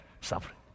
suffering